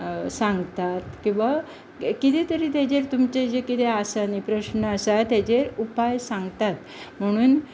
सांगतात किंवाकिते जें तुमचें कितें आसा न्ही प्रश्न ताजेर उपाय सांगतात म्हणून